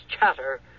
chatter